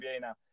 now